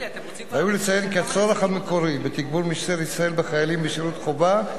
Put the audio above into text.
ראוי לציין כי הצורך המקורי בתגבור משטרת ישראל בחיילים בשירות חובה,